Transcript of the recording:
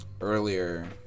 Earlier